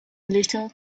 little